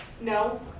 no